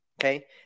okay